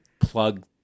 plug